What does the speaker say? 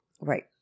right